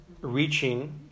reaching